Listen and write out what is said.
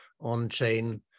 on-chain